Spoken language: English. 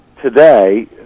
today